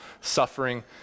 suffering